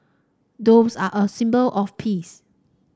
doves are a symbol of peace